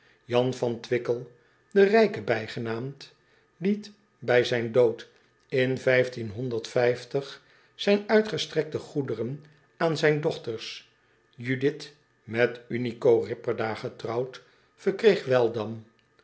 an van wickel de r i j k e bijgenaamd liet bij zijn dood in zijn uitgestrekte goederen aan zijne dochters udith met nico ipperda getrouwd verkreeg e l